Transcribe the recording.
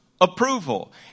approval